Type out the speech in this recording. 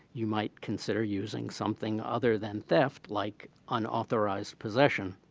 you might consider using something other than theft like unauthorized possession,